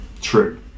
True